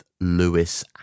Lewis